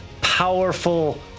powerful